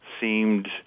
seemed